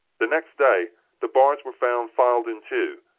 the next day the bars were found filed in two,